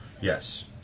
Yes